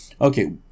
Okay